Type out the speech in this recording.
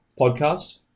Podcast